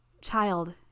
child